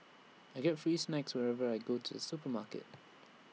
I get free snacks wherever I go to the supermarket